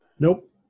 Nope